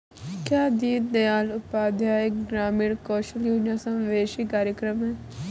क्या दीनदयाल उपाध्याय ग्रामीण कौशल योजना समावेशी कार्यक्रम है?